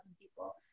people